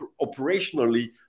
operationally